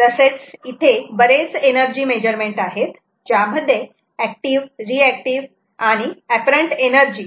तसेच इथे बरेच एनर्जी मेजरमेंट आहेत ज्यामध्ये एक्टिव रिएक्टिव आणि अँपेरन्ट एनर्जी